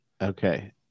Okay